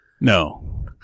No